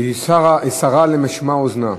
היא סרה למשמע אוזנה.